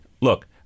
look